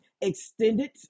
extended